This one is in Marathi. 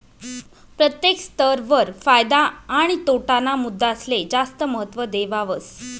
प्रत्येक स्तर वर फायदा आणि तोटा ना मुद्दासले जास्त महत्व देवावस